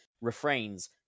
refrains